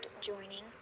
joining